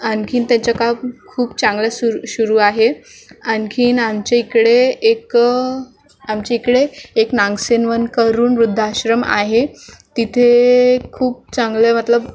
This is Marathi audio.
आणखी त्याचं काम खूप चांगलं सुर सुरू आहे आणखी आमच्या इकडे एक आमच्या इकडे एक नागसेन वन करून वृद्धाश्रम आहे तिथे खूप चांगले मतलब